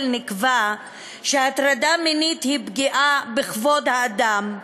נקבע שהטרדה מינית היא "פגיעה בכבוד האדם,